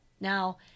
Now